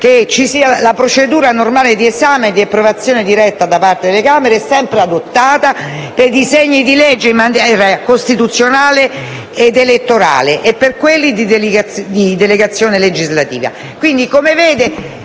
«La procedura normale di esame e di approvazione diretta da parte della Camera è sempre adottata per i disegni di legge in materia costituzionale ed elettorale e per quelli di delegazione legislativa».